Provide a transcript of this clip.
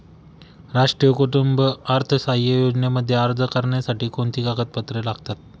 राष्ट्रीय कुटुंब अर्थसहाय्य योजनेमध्ये अर्ज करण्यासाठी कोणती कागदपत्रे लागतात?